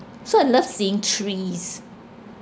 so I love seeing trees